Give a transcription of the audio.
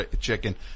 Chicken